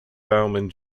bowman